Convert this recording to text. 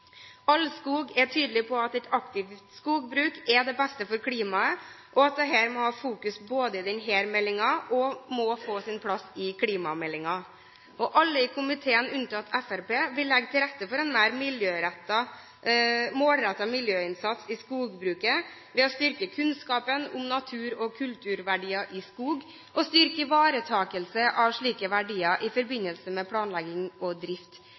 er tydelig på at aktivt skogbruk er det beste for klimaet, og at dette må ha fokus i denne meldingen og må få sin plass i klimameldingen. Alle i komiteen unntatt Fremskrittspartiet vil legge til rette for en mer målrettet miljøinnsats i skogbruket ved å styrke kunnskapen om natur og kulturverdier i skog, og styrke ivaretakelse av slike verdier i forbindelse med planlegging og drift,